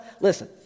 Listen